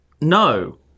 no